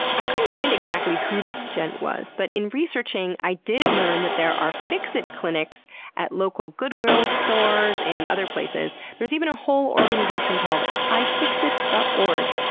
i couldn't find exactly who this gent was but in researching i did learn that there are fixit clinics at local goodwill stores and other places. there's even a whole organization called ifixit dot org,